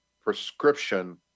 prescription